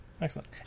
excellent